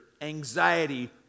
anxiety